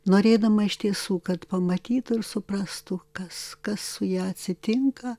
norėdama iš tiesų kad pamatytų ir suprastų kas kas su ja atsitinka